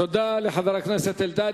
תודה לחבר הכנסת אלדד.